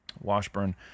Washburn